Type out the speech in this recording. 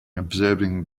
observing